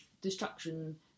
Destruction